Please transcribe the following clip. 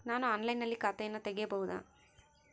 ನಾನು ಆನ್ಲೈನಿನಲ್ಲಿ ಖಾತೆಯನ್ನ ತೆಗೆಯಬಹುದಾ?